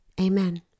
Amen